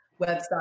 website